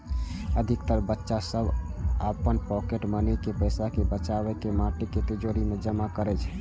अधिकतर बच्चा सभ अपन पॉकेट मनी के पैसा कें बचाके माटिक तिजौरी मे जमा करै छै